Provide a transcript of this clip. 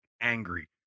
angry